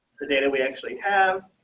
today, and we actually have